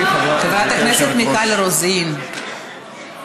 חברת הכנסת מיכל רוזין,